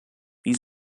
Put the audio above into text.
wie